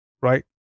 right